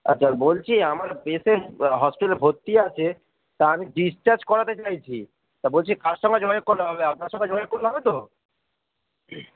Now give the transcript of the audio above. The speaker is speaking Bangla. আচ্ছা বলছি আমার বসে হসপিটালে ভর্তি আছে তা আমি ডিসচার্জ করাতে চাইছি তা বলছি কার সঙ্গে যোগাযোগ করলে হবে আপনার সঙ্গে যোগাযোগ করলে হবে তো